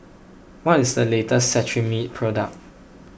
what is the latest Cetrimide product